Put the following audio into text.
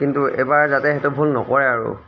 কিন্তু এইবাৰ যাতে সেইটো ভুল নকৰে আৰু